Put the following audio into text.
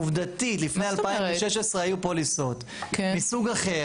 עובדתית לפני 2016 היו פוליסות מסוג אחר,